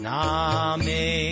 Name